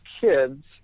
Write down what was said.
kids